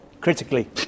critically